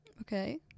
Okay